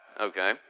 Okay